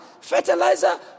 Fertilizer